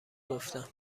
گفتم